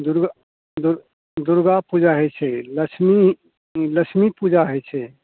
दुरगा दु दुरगा पूजा होइ छै लक्ष्मी ई लक्ष्मी पूजा होइ छै